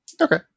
Okay